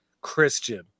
Christian